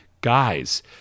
Guys